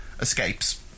escapes